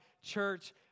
church